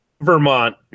Vermont